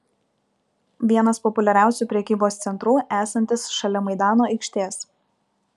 vienas populiariausių prekybos centrų esantis šalia maidano aikštės